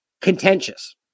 contentious